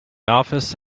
office